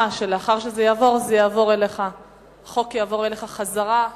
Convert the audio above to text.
(תיקון) (הרחבת תחולת החוק למקצועות בריאות נוספים),